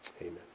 Amen